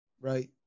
Right